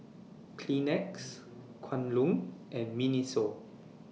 Kleenex Kwan Loong and Miniso